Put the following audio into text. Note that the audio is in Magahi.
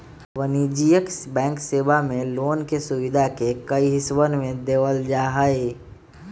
वाणिज्यिक बैंक सेवा मे लोन के सुविधा के कई हिस्सवन में देवल जाहई